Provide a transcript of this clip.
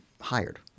hired